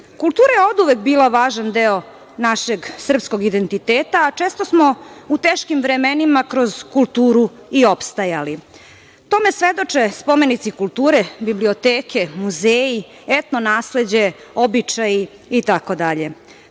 Kultura je oduvek bila važan deo našeg srpskog identiteta, a često smo u teškim vremenima kroz kulturu i opstajali. Tome svedoče spomenici kulture, biblioteke, muzeji, etno nasleđe, običaji itd. Prvi